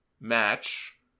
match